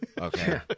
Okay